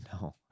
No